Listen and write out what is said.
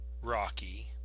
rocky